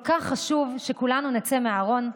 כל כך חשוב שכולנו נצא מהארון,